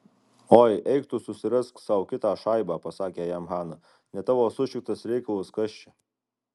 oi eik tu susirask sau kitą šaibą pasakė jam hana ne tavo sušiktas reikalas kas čia